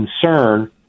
concern